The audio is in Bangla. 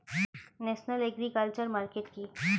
ন্যাশনাল এগ্রিকালচার মার্কেট কি?